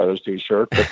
t-shirt